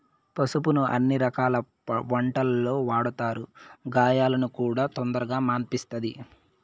పసుపును అన్ని రకాల వంటలల్లో వాడతారు, గాయాలను కూడా తొందరగా మాన్పిస్తది